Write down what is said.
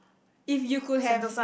if you could have